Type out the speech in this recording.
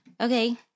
Okay